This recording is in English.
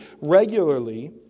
regularly